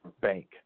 Bank